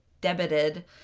debited